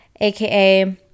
aka